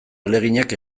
ahaleginak